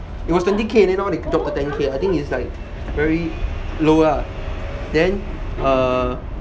it was twenty K then now they drop to ten K I think it's like very low lah then uh